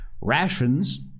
Rations